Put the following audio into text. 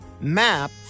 map